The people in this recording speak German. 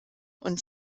und